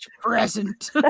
present